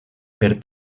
per